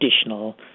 additional